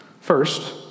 First